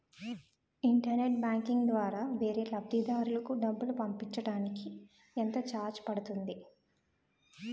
Internet banking ద్వారా వేరే లబ్ధిదారులకు డబ్బులు పంపించటానికి ఎంత ఛార్జ్ పడుతుంది?